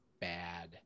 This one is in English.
bad